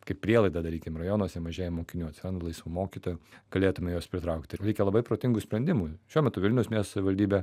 kaip prielaidą darykim rajonuose mažėja mokinių atsiranda laisvų mokytojų galėtume juos pritraukti ir reikia labai protingų sprendimų šiuo metu vilniaus miesto savivaldybė